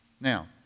Now